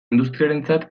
industriarentzat